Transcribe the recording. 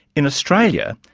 in australia,